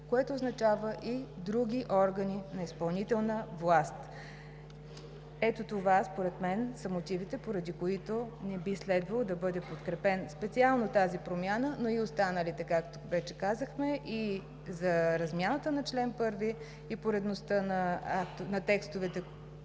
което означава и другите органи на изпълнителната власт. Ето това според мен са мотивите, поради които не би следвало да бъде подкрепена специално и тази промяна, но и останалите, както вече казахме – за размяната на чл. 1, поредността на текстовете